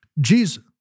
Jesus